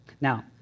Now